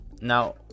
Now